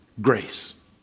Grace